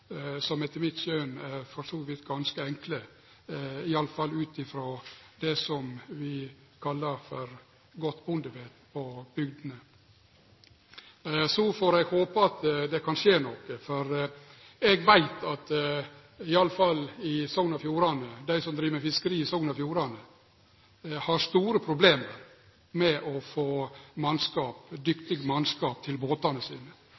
– etter mitt skjøn ganske enkle, i alle fall ut frå det vi på bygdene kallar for godt bondevit. Så får eg håpe at det kan skje noko, for eg veit at i alle fall dei som driv med fiskeri i Sogn og Fjordane, har store problem med å få dyktig mannskap til båtane sine.